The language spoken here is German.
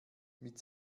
mit